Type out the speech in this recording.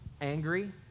angry